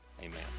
Amen